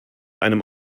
einem